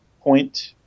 point